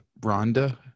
Rhonda